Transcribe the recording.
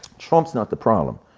trumps not the problem.